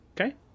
Okay